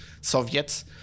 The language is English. Soviets